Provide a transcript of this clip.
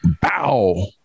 Bow